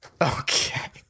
Okay